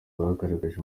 bagaragaje